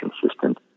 consistent